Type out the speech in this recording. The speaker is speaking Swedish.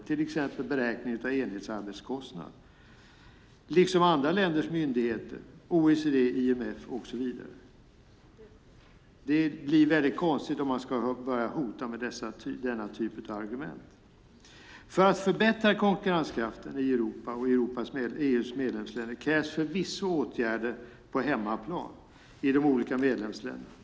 Det kan exempelvis gälla beräkning av enhetsarbetskostnad. Också andra länders myndigheter, OECD, IMF och så vidare använder dem. Det blir konstigt om man ska börja hota med denna typ av argument. För att förbättra konkurrenskraften i Europa och i EU:s medlemsländer krävs förvisso åtgärder på hemmaplan i de olika medlemsländerna.